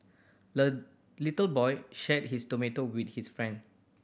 the little boy shared his tomato with his friend